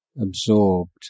absorbed